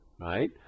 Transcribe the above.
right